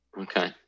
Okay